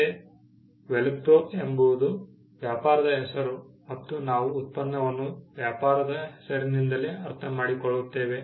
ಮತ್ತೆ ವೆಲ್ಕ್ರೋ ಎಂಬುದು ವ್ಯಾಪಾರದ ಹೆಸರು ಮತ್ತು ನಾವು ಉತ್ಪನ್ನವನ್ನು ವ್ಯಾಪಾರದ ಹೆಸರಿನಿಂದಲೇ ಅರ್ಥಮಾಡಿಕೊಳ್ಳುತ್ತೇವೆ